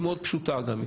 היא מאוד פשוטה גם.